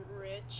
rich